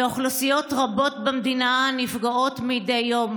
ואוכלוסיות רבות במדינה נפגעות מדי יום.